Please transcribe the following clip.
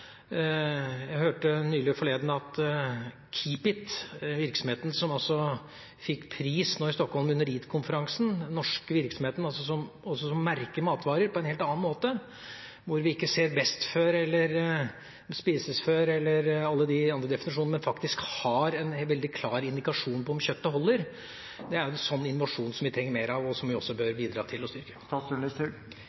virksomheten som fikk en pris nå i Stockholm under EAT-konferansen, som merker matvarer på en helt annen måte, hvor vi ikke ser «best før», eller «spises før», eller alle de andre definisjonene, men som faktisk har en veldig klar indikasjon på om kjøttet holder seg. Det er jo en sånn innovasjon som vi trenger mer av, og som vi også bør bidra til å styrke.